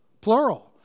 Plural